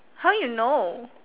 how you know